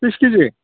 बिस खेजि